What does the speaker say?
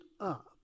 up